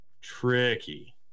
tricky